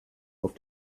auf